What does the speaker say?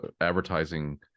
advertising